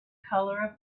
color